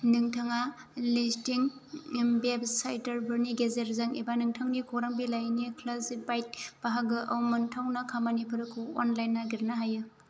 नोंथाङा लिस्टिं वेबसाइटोफोरनि गेजेरजों एबा नोंथांनि खौरां बिलायनि क्लासीफाइड बाहागोआव मोनथावना खामानिफोरखौ अनलाइन नागिरनो हायो